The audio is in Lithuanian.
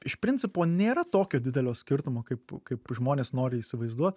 iš principo nėra tokio didelio skirtumo kaip kaip žmonės nori įsivaizduot